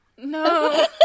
No